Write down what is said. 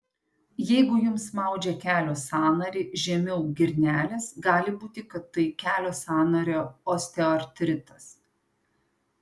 jeigu jums maudžia kelio sąnarį žemiau girnelės gali būti kad tai kelio sąnario osteoartritas